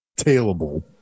tailable